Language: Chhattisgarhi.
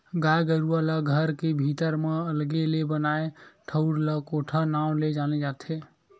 गाय गरुवा ला घर के भीतरी म अलगे ले बनाए ठउर ला कोठा नांव ले जाने जाथे